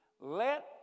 Let